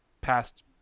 Past